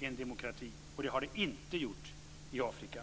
en demokrati, och det har det inte gjort i Afrika.